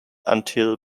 until